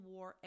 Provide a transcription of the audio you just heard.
War